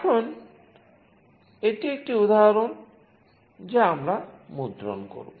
এখন এটি একটি উদাহরণ যা আমরা মুদ্রণ করব